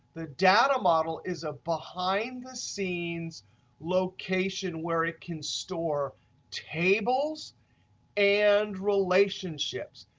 the data model is a behind the scenes location where it can store tables and relationships.